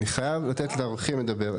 אני חייב לתת לאורחים לדבר.